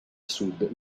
sud